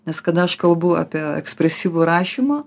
nes kada aš kalbu apie ekspresyvų rašymą